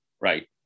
right